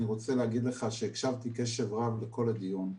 אני רוצה להגיד לך שהקשבתי קשב רב לכל הדיון.